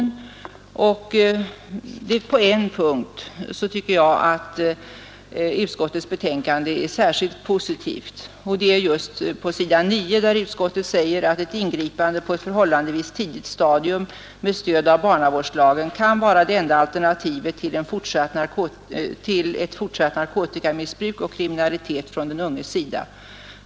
På en punkt tycker jag att utskottets betänkande är särskilt positivt. Det är på s. 9, där utskottet säger: ”Enligt utskottets mening kan ett ingripande på ett förhållandevis tidigt stadium med stöd av barnavårdslagen vara det enda alternativet till ett fortsatt narkotikamissbruk och kriminalitet från den unges sida.